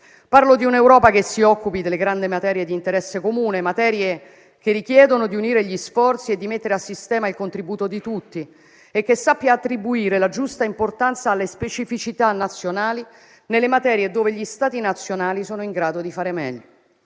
Parlo di un'Europa che si occupi delle grandi materie di interesse comune, che richiedono di unire gli sforzi e di mettere a sistema il contributo di tutti, e che sappia attribuire la giusta importanza alle specificità nazionali nelle materie in cui gli Stati nazionali sono in grado di fare meglio.